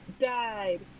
died